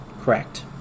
correct